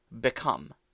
become